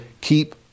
keep